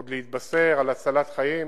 עוד להתבשר על הצלת חיים